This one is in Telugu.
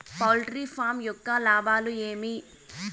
పౌల్ట్రీ ఫామ్ యొక్క లాభాలు ఏమి